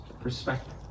perspective